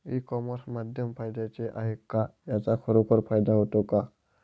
E commerce माध्यम फायद्याचे आहे का? त्याचा खरोखर फायदा होतो का?